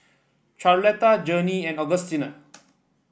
Charlotta Journey and Augustina